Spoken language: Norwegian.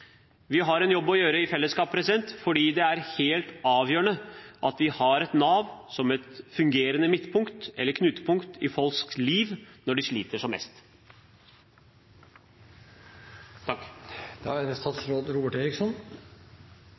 Vi har en jobb å gjøre i fellesskap, fordi det er helt avgjørende at vi har et Nav som et fungerende midtpunkt, eller knutepunkt, i folks liv når de sliter som